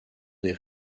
des